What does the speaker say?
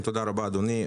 תודה רבה, אדוני.